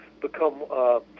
become